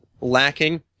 lacking